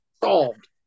Solved